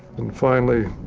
and finally,